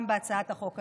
גם בהצעת החוק הזו.